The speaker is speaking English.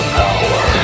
power